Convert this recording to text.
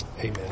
amen